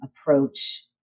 approach